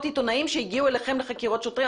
עיתונאים שהגיעו אליכם לחקירות שוטרים?